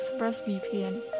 ExpressVPN